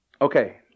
Okay